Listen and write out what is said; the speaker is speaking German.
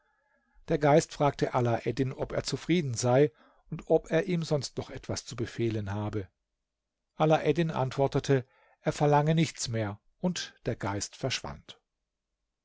der geist fragte alaeddin ob er zufrieden sei und ob er ihm sonst noch etwas zu befehlen habe alaeddin antwortete er verlange nichts mehr und der geist verschwand